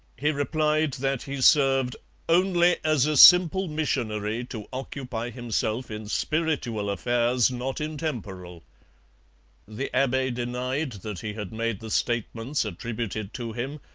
he replied that he served only as a simple missionary to occupy himself in spiritual affairs not in temporal the abbe denied that he had made the statements attributed to him,